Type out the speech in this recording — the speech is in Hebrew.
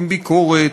עם ביקורת,